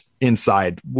inside